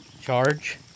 charge